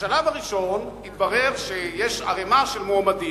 בשלב הראשון התברר שיש ערימה של מועמדים,